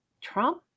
Trump